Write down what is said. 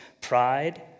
pride